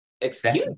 excuse